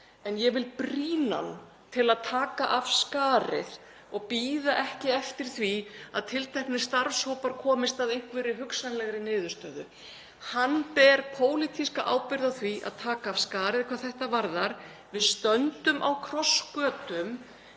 en ég vil brýna hann til að taka af skarið og bíða ekki eftir því að tilteknir starfshópar komist að einhverri hugsanlegri niðurstöðu. Hann ber pólitíska ábyrgð á því að taka af skarið hvað þetta varðar. Við stöndum á krossgötum.